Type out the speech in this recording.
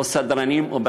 או סדרנים או,